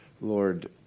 Lord